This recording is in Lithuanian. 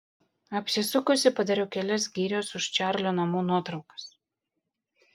apsisukusi padariau kelias girios už čarlio namų nuotraukas